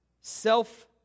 self